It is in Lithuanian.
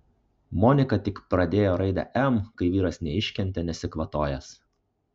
monika tik pradėjo raidę m kai vyras neiškentė nesikvatojęs